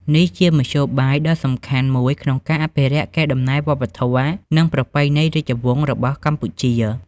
នេះជាមធ្យោបាយដ៏សំខាន់មួយក្នុងការអភិរក្សកេរដំណែលវប្បធម៌ និងប្រពៃណីរាជវង្សរបស់កម្ពុជា។